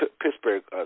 Pittsburgh